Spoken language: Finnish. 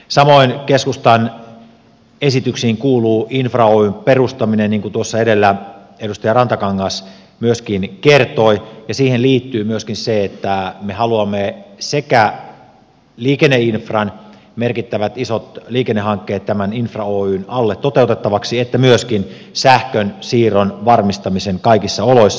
samoin keskustan esityksiin kuuluu infra oyn perustaminen niin kuin tuossa edellä edustaja rantakangas myöskin kertoi ja siihen liittyy myöskin se että me haluamme sekä liikenneinfran merkittävät isot liikennehankkeet tämän infra oyn alle toteutettavaksi että myöskin sähkönsiirron varmistamisen kaikissa oloissa